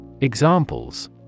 Examples